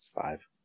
Five